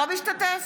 אינו משתתף